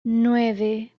nueve